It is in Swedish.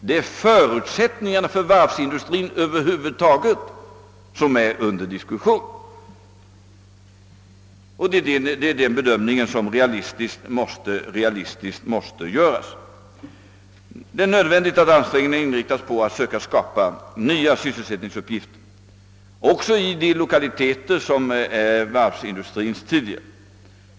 Det är förutsättningarna för varvs industrin över huvud taget som står under debatt, och bedömningen av dem måste vara realistisk. Det är nödvändigt att ansträngningen inriktas på att söka skapa nya sysselsättningsuppgifter, också i de lokaliteter som är varvsindustrins tidigare.